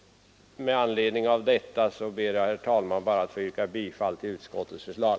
Med anledning av detta ber jag, herr talman, att få yrka bifall till utskottets förslag.